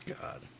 god